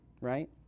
Right